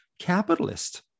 capitalist